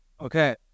Okay